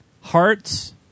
Hearts